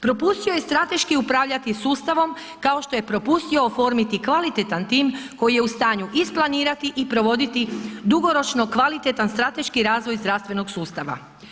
Propustio je strateški upravljati sustavom kao što je propustio oformiti kvalitetan tim koji je u stanju isplanirati i provoditi dugoročno kvalitetan strateški razvoj zdravstvenog sustava.